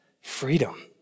freedom